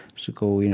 to go, you know